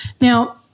Now